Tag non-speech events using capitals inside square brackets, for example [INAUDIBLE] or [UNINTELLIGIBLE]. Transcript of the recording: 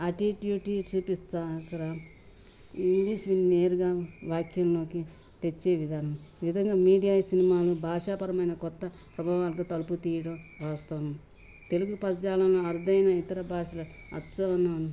[UNINTELLIGIBLE] ఇక్కడ చూపిస్తా ఇంగ్లీష్ వి నేరుగా వాక్యంలోకి తెచ్చే విధానం విధంగా మీడియా సినిమాలు భాషాపరమైన కొత్త ప్రభావాలకు తలుపుతీయడం వాస్తవము తెలుగు పద్యాలను అరుదైన ఇతర భాషల అత్సవన